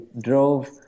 drove